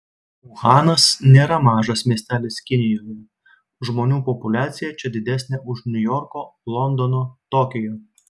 uhanas nėra mažas miestelis kinijoje žmonių populiacija čia didesnė už niujorko londono tokijo